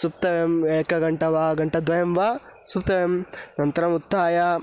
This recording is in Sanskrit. सुप्तव्यम् एकघण्टा वा घण्टाद्वयं वा सुप्तव्यम् अनन्तरम् उत्थाय